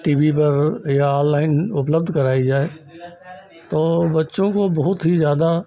T V पर या online उपलब्ध कराई जाए तो बच्चों को बहुत ही ज़्यादा